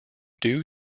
due